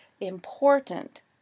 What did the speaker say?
important